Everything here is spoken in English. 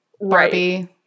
barbie